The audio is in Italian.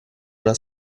una